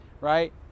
right